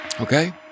okay